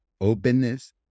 openness